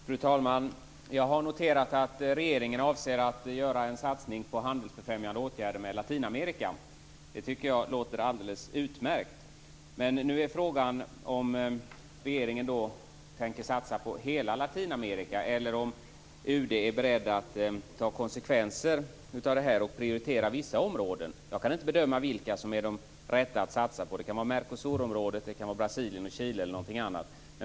Fru talman! Jag har noterat att regeringen avser att göra en satsning på handelsbefrämjande åtgärder med Latinamerika. Det låter alldeles utmärkt. Nu är frågan om regeringen tänker satsa på hela Latinamerika eller om UD är beredd att ta konsekvensen av detta och prioritera vissa områden. Jag kan inte bedöma vilka länder som är de rätta att satsa på. Det kan vara Mercosurområdet, Brasilien, Chile eller något annat.